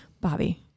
Bobby